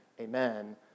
amen